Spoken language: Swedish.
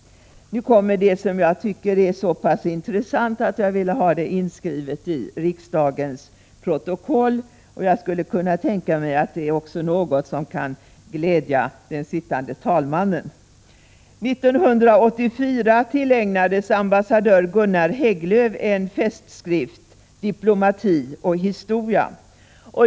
Nu kommer det som jag tycker är så pass intressant att jag vill ha det inskrivet i riksdagens protokoll. Jag skulle kunna tänka mig att det också är något som kan glädja den sittande talmannen. 1984 tillägnades ambassadör Gunnar Hägglöf en festskrift, Diplomati och historia.